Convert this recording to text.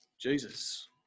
Jesus